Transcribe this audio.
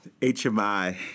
HMI